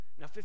now